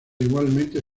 igualmente